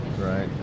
Right